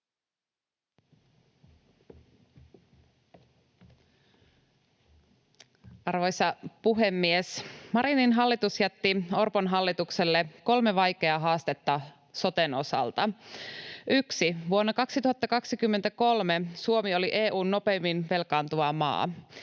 Arvoisa puhemies! Marinin hallitus jätti Orpon hallitukselle kolme vaikeaa haastetta soten osalta: 1) Vuonna 2023 Suomi oli EU:n nopeimmin velkaantuva maa.